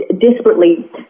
desperately